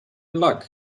luck